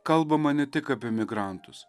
kalbama ne tik apie migrantus